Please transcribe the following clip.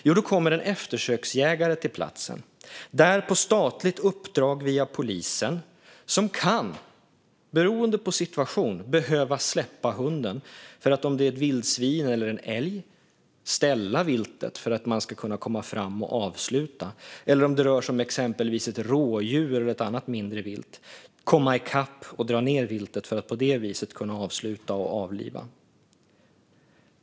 Jo, då kommer en eftersöksjägare till platsen - på statligt uppdrag via polisen - som beroende på situation kan behöva släppa hunden för att, om det gäller ett vildsvin eller en älg, ställa viltet för att man ska kunna komma fram och avsluta. Om det rör sig om exempelvis ett rådjur eller annat mindre vilt behöver man kunna komma i kapp och dra ned viltet för att på det viset kunna avsluta och avliva det.